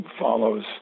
follows